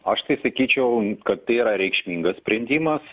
aš tai sakyčiau kad tai yra reikšmingas sprendimas